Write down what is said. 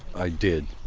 i did.